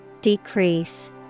Decrease